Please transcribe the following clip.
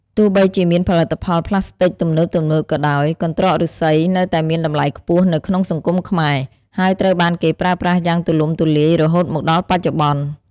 ទោះបីជាមានផលិតផលប្លាស្ទិកទំនើបៗក៏ដោយ កន្រ្តកឫស្សីនៅតែមានតម្លៃខ្ពស់នៅក្នុងសង្គមខ្មែរ ហើយត្រូវបានគេប្រើប្រាស់យ៉ាងទូលំទូលាយរហូតមកដល់បច្ចុប្បន្ន។